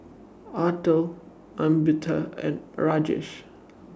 Atal Amitabh and Rajesh